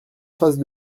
face